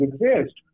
exist